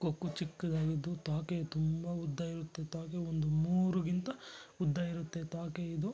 ಕೊಕ್ಕು ಚಿಕ್ಕದಾಗಿದ್ದು ತ್ವಾಕೆ ತುಂಬ ಉದ್ದ ಇರುತ್ತೆ ತ್ವಾಕೆ ಒಂದು ಮೂರುಗಿಂತ ಉದ್ದ ಇರುತ್ತೆ ತ್ವಾಕೆ ಇದು